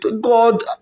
God